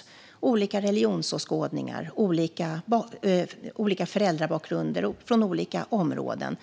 Barnen har olika religionsåskådningar och olika föräldrabakgrunder, och de är från olika områden.